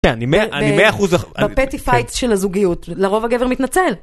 אני מאה אחוז אחוז, בפאתי פייט של הזוגיות, לרוב הגבר מתנצל.